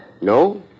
No